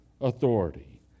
authority